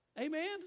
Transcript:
Amen